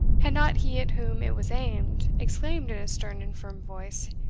had not he at whom it was aimed exclaimed in a stern and firm voice,